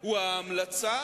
הוא ההמלצה